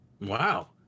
Wow